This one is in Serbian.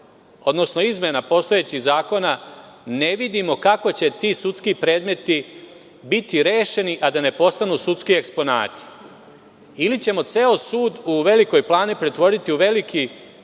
odnosno izmena postojećih zakona, ne vidimo kako će ti sudski predmeti biti rešeni, a da ne postanu sudski eksponati, ili ćemo ceo sud u Velioj Plani pretvoriti u veliki